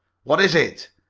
what is it?